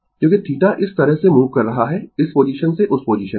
क्योंकि θ इस तरह से मूव कर रहा है इस पोजीशन से उस पोजीशन में